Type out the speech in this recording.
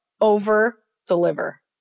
over-deliver